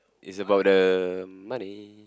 is about the money